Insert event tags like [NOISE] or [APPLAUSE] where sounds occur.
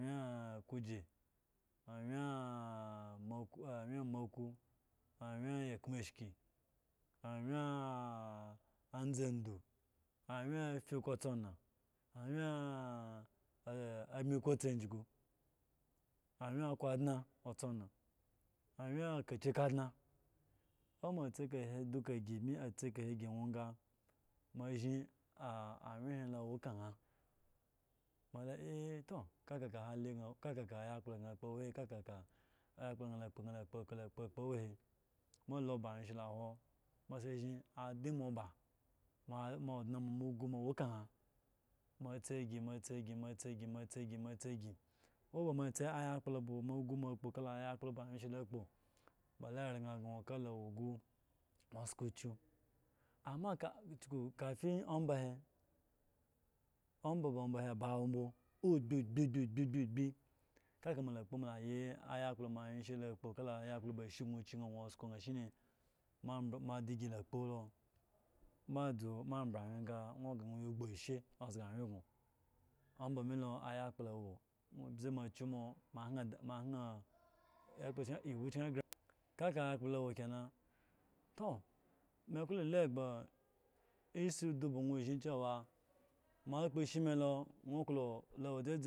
Anwye kuje anwye amaku anwye eccomashiki anwye anzado anwye affiku otsona anwye abiminku tsajusa anwye akuiadne anwye kaki kadne owo mo atsi ka he chuka atsi si nwo sa mo ashin anwye he lo awo ka na mo lo a to kaka ayakpolo gan kpo awai kaka kaka awai mo sa lo ba anwye she lo awo mo sa lo ba anwye she lo awo mo sa ashin adimo ba mo odne mo ogu mo awo ka han mo tsi si motsi mo tsi si mo tsi si awo ba mo tsi ayakplo ba mo usu mo kpo kala ayakpla moashe lo kpo ba la ran gno ka la wo gu nwo sko chgu amma ka chuku kafi omba he omba ba omba he oba wo mbo ogbiugbi gbigbigbii ka la mo la kpo ma yi oyakplo moashe la kpo kala ba ashe chyu naa sko naa shine ma mbe madigi lo kpo lo ma dzu mo mbre anwgen nga nwo gre nga nwo gre yi gbu ashe o zga anwyen grie omba mi lo ayakplo wo obze mo chgu mo hayand ma hye [UNINTELLIGIBLE] ekplekyerkyen ewu kyen gre kaka ayakplo la wo kenan toh me klo lu egba isi udu ba nwo zhin cewa ma kpo ishi mi lo nwo klo [UNINTELLIGIBLE]